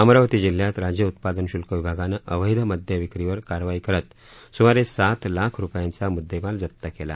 अमरावती जिल्ह्यात राज्य उत्पादन शुल्क विभागाने अवैध मद्यविक्रीवर कारवाई करत सुमारे सात लाख रुपयांचा मुद्देमाल जप्त केला